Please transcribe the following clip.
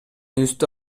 үстү